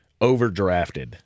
overdrafted